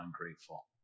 ungrateful